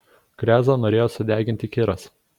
krezą norėjo sudeginti kiras